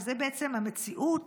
וזו בעצם המציאות